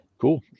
Cool